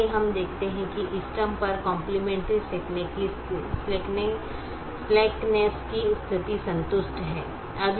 इसलिए हम देखते हैं कि इष्टतम पर काम्प्लमेन्टरी स्लैक्नस की स्थिति संतुष्ट हैं